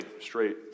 straight